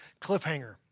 Cliffhanger